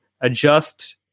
adjust